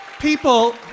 People